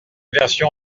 version